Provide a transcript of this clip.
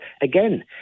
again